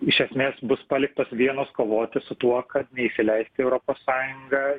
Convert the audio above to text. iš esmės bus paliktos vienos kovoti su tuo kad neįsileist į europos sąjungą